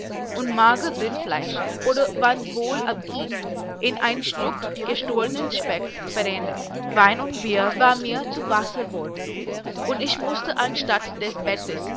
und mager rindfleisch oder wanns wohl abgieng in ein stuck gestohlnen speck verändert wein und bier war mir zu wasser worden und ich mußte anstatt des bettes